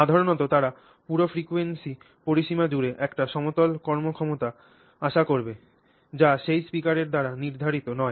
সাধারণত তারা পুরো ফ্রিকোয়েন্সি পরিসীমা জুড়ে একটি সমতল কর্মক্ষমতা আশা করবে যা সেই স্পিকারের দ্বারা নির্ধারিত নয়